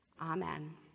Amen